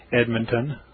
Edmonton